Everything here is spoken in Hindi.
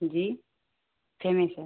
जी फेमस है